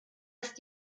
ist